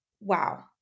wow